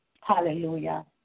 Hallelujah